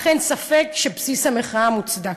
אך אין ספק שבסיס המחאה מוצדק.